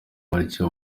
batyo